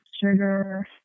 sugar